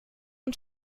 und